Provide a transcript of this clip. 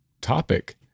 topic